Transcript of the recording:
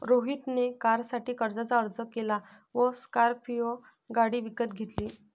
रोहित ने कारसाठी कर्जाचा अर्ज केला व स्कॉर्पियो गाडी विकत घेतली